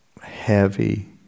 heavy